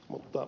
mutta